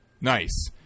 Nice